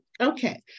Okay